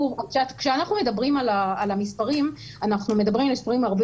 כשאנחנו מדברים על המספרים אנחנו מדברים על מספרים הרבה